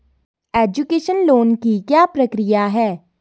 Education loan की क्या प्रक्रिया है?